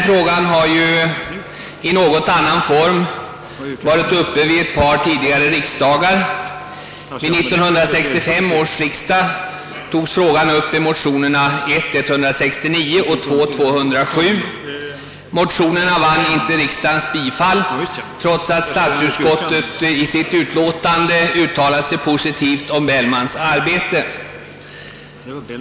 Frågan har i någon annan form varit uppe vid ett par tidigare riksdagar. Vid 1965 års riksdag togs den upp i motionerna I: 169 och II: 207, men motionerna vann inte riksdagens bifall trots att statsutskottet i sitt utlåtande uttalade sig positivt om Bellmans arbete.